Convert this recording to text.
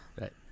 Right